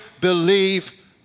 believe